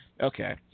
Okay